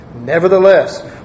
Nevertheless